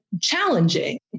challenging